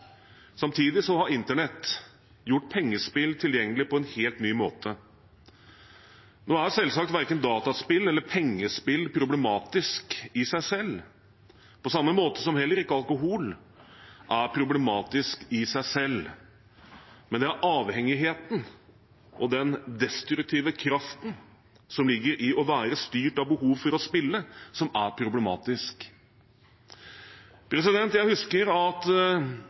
Samtidig har internett gjort pengespill tilgjengelig på en helt ny måte. Nå er selvsagt verken dataspill eller pengespill problematisk i seg selv – på samme måte som heller ikke alkohol er problematisk i seg selv – men det er avhengigheten og den destruktive kraften som ligger i å være styrt av behovet for å spille, som er problematisk. Jeg husker at